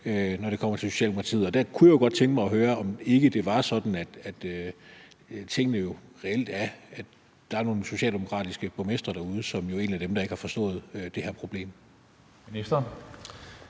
når det kommer til Socialdemokratiet. Der kunne jeg godt tænke mig at høre, om ikke det var sådan, at tingene jo reelt er, altså at der er nogle socialdemokratiske borgmestre derude, som jo egentlig er dem, der ikke har forstået det her problem. Kl.